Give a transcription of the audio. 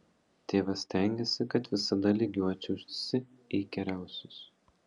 tėvas stengėsi kad visada lygiuočiausi į geriausius